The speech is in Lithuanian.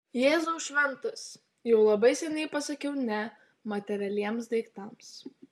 jėzau šventas jau labai seniai pasakiau ne materialiems daiktams